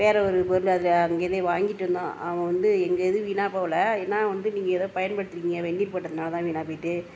வேறே ஒரு பொருள் அதில் அங்கேருந்தே வாங்கிட்டு இருந்தோம் அவன் வந்து எங்கள் இது வீணாக போகல ஏன்னா வந்து நீங்கள் ஏதோ பயன்படுத்திருக்கிங்க வெந்நீர் போட்டதினால தான் வீணாக போய்ட்டு